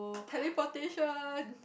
teleportation